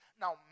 Now